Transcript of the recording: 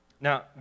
Now